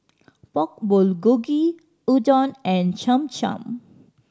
Pork Bulgogi Udon and Cham Cham